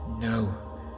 No